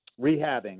rehabbing